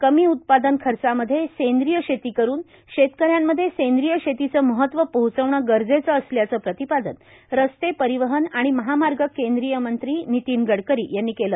कमी उत्पादन खर्चामध्ये सेंद्रीय शेती करुन शेतकऱ्यांमध्ये सेंद्रीय शेतीचं महत्व पोहचविणं गरजेचं असल्याचं प्रतिपादन रस्ते परिवहन आणि महामार्ग केंद्रीय मंत्री नितीन गडकरी यांनी केलं